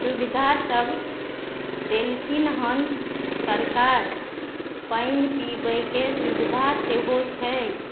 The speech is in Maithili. सुविधा सब देलखिन हन सरकार पानि पीबयके सुविधा सेहो छै